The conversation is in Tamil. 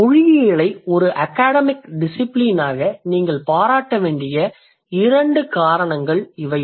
மொழியியலை ஒரு அகாடமிக் டிசிபிலினாக நீங்கள் பாராட்ட வேண்டியதற்கான இரண்டு காரணங்கள் இவை